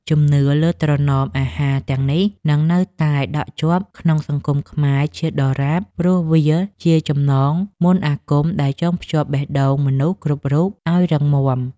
ជំនឿលើត្រណមអាហារទាំងនេះនឹងនៅតែដក់ជាប់ក្នុងសង្គមខ្មែរជាដរាប ព្រោះវាជាចំណងមន្តអាគមដែលចងភ្ជាប់បេះដូងមនុស្សគ្រប់រូបឱ្យរឹងមាំ។